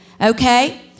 Okay